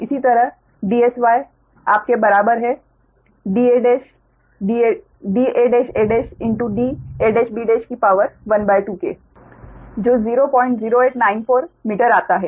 इसी तरह Dsy आपके बराबर है DaaDab12 के जो 00894 मीटर आता है